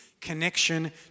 connection